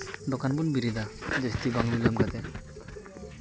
ᱫᱚᱠᱟᱱ ᱵᱚᱱ ᱵᱮᱨᱮᱫᱟ ᱡᱟᱹᱥᱛᱤ ᱵᱟᱝ ᱵᱤᱞᱚᱢ ᱠᱟᱛᱮ